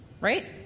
right